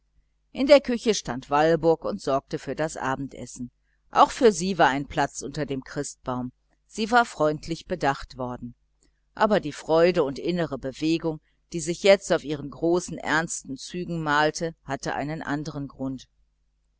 in ihrer küche stand walburg und sorgte für das abendessen auch für sie war ein platz unter dem christbaum und sie war freundlich bedacht worden aber die freude und innere bewegung die sich jetzt auf ihren großen ernsten zügen malte hatte einen andern grund